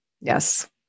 Yes